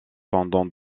pendant